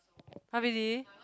[huh] really